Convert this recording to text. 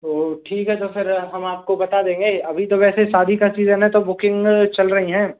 तो ठीक है तो फिर हम आपको बता देंगे अभी तो वैसे शादी का सीजन है तो बुकिंग चल रहीं हैं